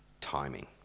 timing